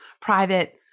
private